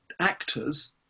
Actors